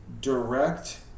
direct